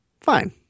Fine